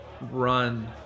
run